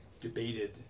debated